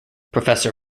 professor